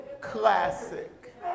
Classic